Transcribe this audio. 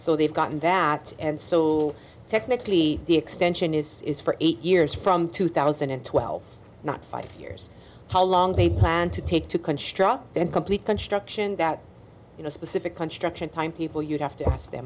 so they've gotten that and so technically the extension is for eight years from two thousand and twelve not five years how long they plan to take to construct and complete construction that you know specific construction time people you'd have to